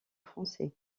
français